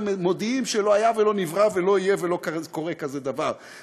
מודיעים שלא היה ולא נברא ולא יהיה ולא קורה כזה דבר,